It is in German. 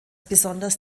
besonders